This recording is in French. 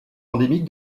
endémique